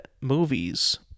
movies